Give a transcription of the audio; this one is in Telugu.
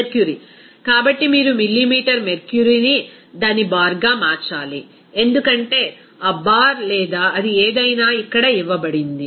మెర్క్యురీ కాబట్టి మీరు మిల్లీమీటర్ మెర్క్యురీని దాని బార్గా మార్చాలి ఎందుకంటే ఆ బార్ లేదా అది ఏదైనా ఇక్కడ ఇవ్వబడింది